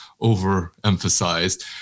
overemphasized